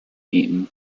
eaten